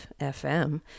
FM